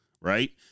Right